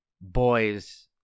boys